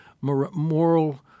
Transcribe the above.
moral